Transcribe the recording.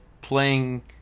playing